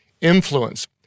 influence